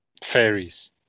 Fairies